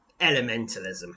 Elementalism